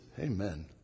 Amen